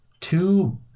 two